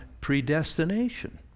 predestination